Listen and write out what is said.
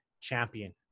champion